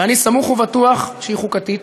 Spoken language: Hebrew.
ואני סמוך ובטוח שהיא חוקתית,